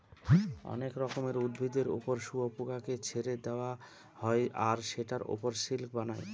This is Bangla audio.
অনেক রকমের উদ্ভিদের ওপর শুয়োপোকাকে ছেড়ে দেওয়া হয় আর সেটার ওপর সিল্ক বানায়